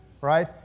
right